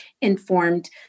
informed